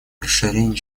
расширение